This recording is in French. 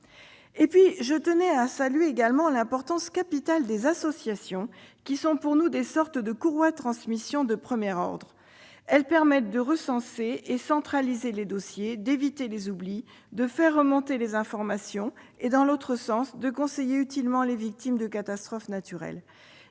Je tiens à saluer le rôle capital des associations, qui sont pour nous des « courroies de transmission » de premier ordre. Elles permettent de recenser et de centraliser les dossiers, d'éviter les oublis, de faire remonter les informations et, dans l'autre sens, de conseiller utilement les victimes de catastrophes naturelles.